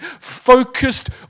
focused